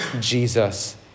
Jesus